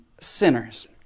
sinners